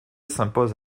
s’impose